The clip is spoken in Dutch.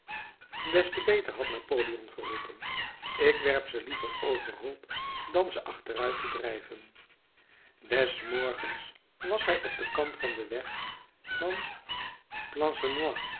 des te beter had napoleon geroepen ik werp ze liever overhoop dan ze achteruit te drijven des morgens was hij op den kant van den weg van